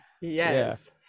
yes